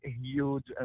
huge